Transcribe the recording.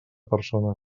persones